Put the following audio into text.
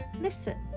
listen